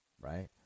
right